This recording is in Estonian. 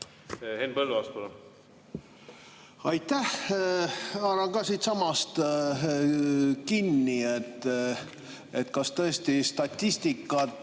Aitäh! Haaran ka siitsamast kinni. Kas tõesti statistikat